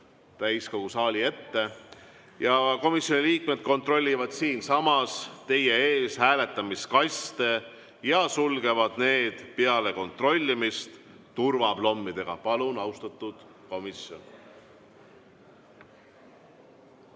täiskogu saali ette – kontrollivad siinsamas teie ees hääletamiskaste ja sulgevad need peale kontrollimist turvaplommidega. Palun, austatud komisjon!